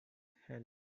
held